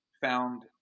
found